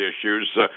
issues